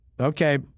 Okay